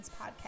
podcast